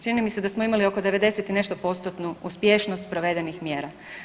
Čini mi se da smo imali oko 90 i nešto postotnu uspješnost provedenih mjera.